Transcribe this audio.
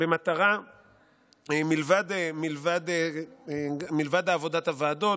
מלבד עבודת הוועדות,